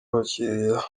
abakiriya